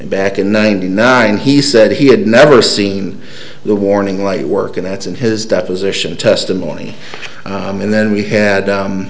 back in ninety nine he said he had never seen the warning light work and that's in his deposition testimony and then we had